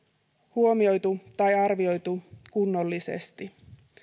huomioitu tai arvioitu kunnollisesti